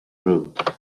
rude